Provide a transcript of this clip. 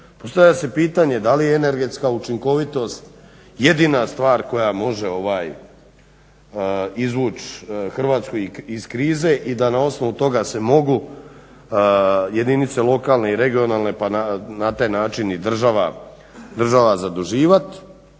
Postavlja se pitanje da li energetska učinkovitost jedina stvar koja može izvući Hrvatsku iz krize i da na osnovu toga se mogu jedinice lokalne i regionalne, pa na taj način i država zaduživati.